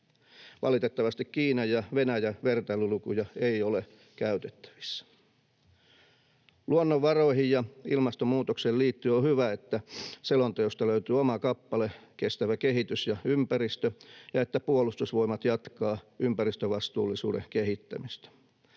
Valitettavasti Kiinan ja Venäjän vertailulukuja ei ole käytettävissä. Luonnonvaroihin ja ilmastonmuutokseen liittyen on hyvä, että selonteosta löytyy oma kappale "Kestävä kehitys ja ympäristö" ja että Puolustusvoimat jatkaa ympäristövastuullisuuden kehittämistä.